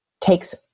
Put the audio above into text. takes